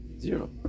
zero